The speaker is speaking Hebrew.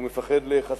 הוא מפחד להיחשף,